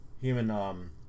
Human